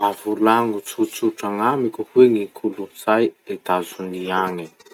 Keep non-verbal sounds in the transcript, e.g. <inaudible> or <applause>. Mba volagno tsotsotra gn'amiko hoe gny kolotsay Etazonia <noise> agny?